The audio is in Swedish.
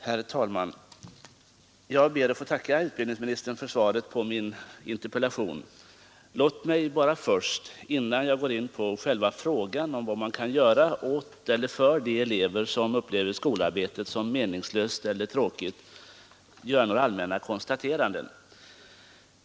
Herr talman! Jag ber att få tacka utbildningsministern för svaret på min interpellation. Låt mig först, innan jag går in på själva frågan vad man kan göra åt eller för de elever som upplever skolarbetet som meningslöst eller tråkigt, göra några allmänna konstateranden.